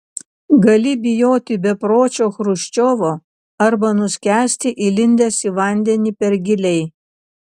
gali bijoti bepročio chruščiovo arba nuskęsti įlindęs į vandenį per giliai